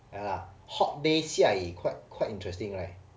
!aiya! hot day 下雨 quite quite interesting right